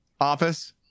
office